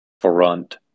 front